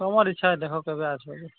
ତୁମର ଇଚ୍ଛା ଦେଖ କେବେ ଆସିବ ଯେ